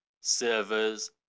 servers